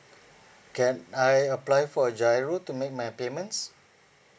can I apply for a GIRO to make my payments